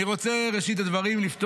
אני רוצה לפתוח